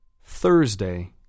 Thursday